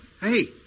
Hey